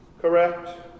Correct